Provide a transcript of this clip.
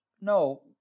No